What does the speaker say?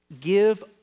give